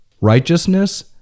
righteousness